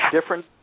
Different